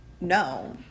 No